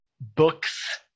books